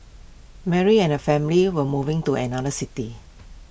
Mary and her family were moving to another city